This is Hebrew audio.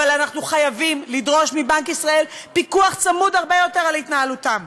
אבל אנחנו חייבים לדרוש מבנק ישראל פיקוח צמוד הרבה יותר על התנהלותם.